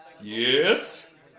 Yes